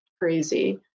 crazy